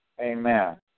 Amen